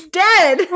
dead